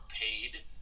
paid